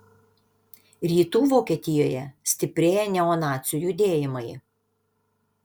rytų vokietijoje stiprėja neonacių judėjimai